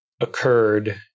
occurred